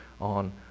on